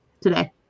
today